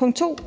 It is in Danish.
vigtigt,